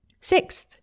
Sixth